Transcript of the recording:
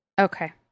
Okay